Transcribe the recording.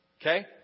Okay